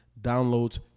downloads